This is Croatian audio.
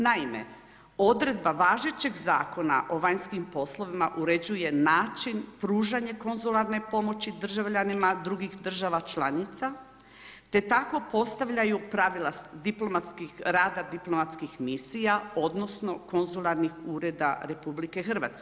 Naime, odredba važećeg zakona o vanjskim poslovima uređuje način, pružanje konzularne pomoći državljanima drugih država članica te tako postavljaju pravila rada diplomatskih misija odnosno konzularnih ureda RH.